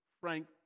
Frank